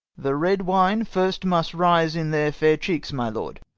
the red wine first must rise in their faire cheekes my lord,